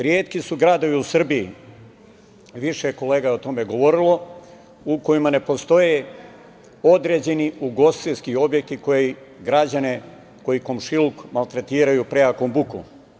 Retki su gradovi u Srbiji, više kolega je o tome govorili, u kojima ne postoje određen ugostiteljski objekti koji građane, koje komšiluk maltretiraju prejakom bukom.